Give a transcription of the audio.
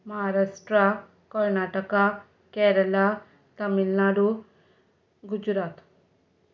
Maharashtra Karnataka Kerala Tamil Nadu Gujarat